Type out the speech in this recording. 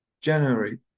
January